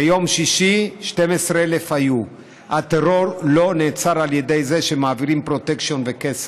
ביום שישי היו 12,000. הטרור לא נעצר על ידי זה שמעבירים פרוטקשן וכסף,